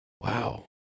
wow